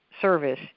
service